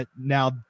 Now